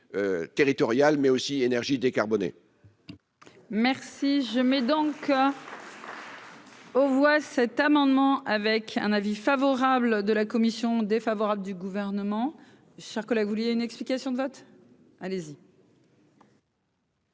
territorial mais aussi énergies décarbonnées. Merci, je mets donc. On voit cet amendement avec un avis favorable de la commission défavorable du gouvernement, chers collègues, vous vouliez une explication de vote allez-y.